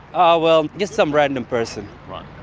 ah, well, just some random person,